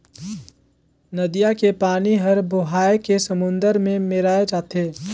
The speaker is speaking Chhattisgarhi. नदिया के पानी हर बोहाए के समुन्दर में मेराय जाथे